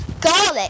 garlic